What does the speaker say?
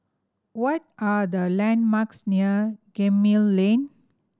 what are the landmarks near Gemmill Lane